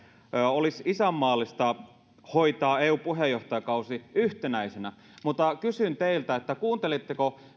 olisi isänmaallista hoitaa eu puheenjohtajakausi yhtenäisenä mutta kysyn teiltä kuuntelitteko